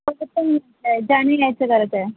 तसं पण जा आणि यायचं करायचं आहे